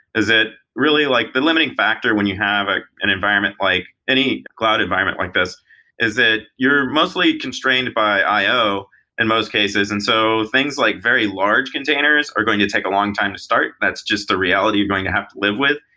is it really like the limiting factor when you have an environment like any cloud environment like this is that you're mostly constrained by io in most cases. and so things like very large containers are going to take a long time to start, and that's just a reality you're going to have to live with.